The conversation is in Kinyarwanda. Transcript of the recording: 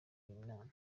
nama